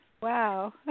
Wow